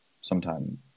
sometime